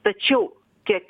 tačiau kiek